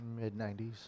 Mid-90s